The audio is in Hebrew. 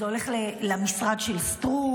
זה הולך למשרד של סטרוק,